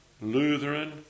Lutheran